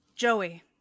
Joey